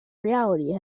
reality